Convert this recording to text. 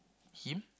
him